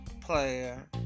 player